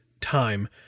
time